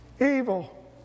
evil